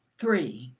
three.